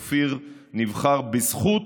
אופיר נבחר בזכות